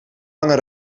lange